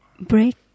break